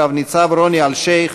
רב-ניצב רוני אלשיך,